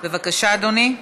בבקשה, אדוני.